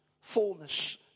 fullness